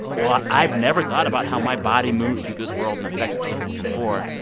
well, i've never thought about how my body moves through this world and affects other people before,